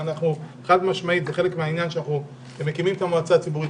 חד משמעית זה חלק מהעניין שאנחנו מקימים את המועצה הציבורית